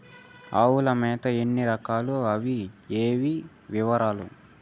ఆవుల మేత ఎన్ని రకాలు? అవి ఏవి? వివరాలు?